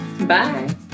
Bye